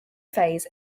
phase